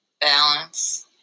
balance